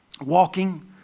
walking